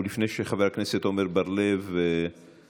לפני שחבר הכנסת עמר בר לב עולה,